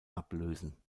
ablösen